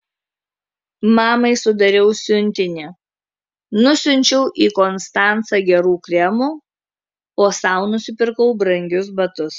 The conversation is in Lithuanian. mamai sudariau siuntinį nusiunčiau į konstancą gerų kremų o sau nusipirkau brangius batus